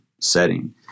setting